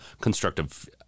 constructive